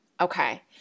Okay